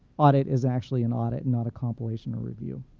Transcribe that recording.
audit is actually an audit, and not a compilation or review.